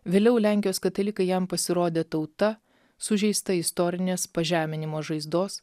vėliau lenkijos katalikai jam pasirodė tauta sužeista istorinės pažeminimo žaizdos